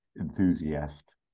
enthusiast